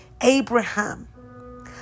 Abraham